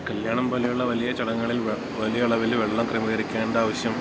കല്യാണം പോലെ ഉള്ള വലിയ ചടങ്ങുകളിൽ വലിയ അളവിൽ വെള്ളം ക്രമീകരിക്കേണ്ട ആവശ്യം